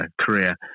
career